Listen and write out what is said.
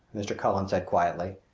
mr. cullen said quietly.